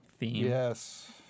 Yes